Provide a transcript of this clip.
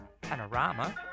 Panorama